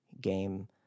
game